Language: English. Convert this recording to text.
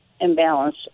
imbalance